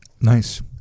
Nice